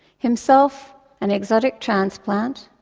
himself an exotic transplant,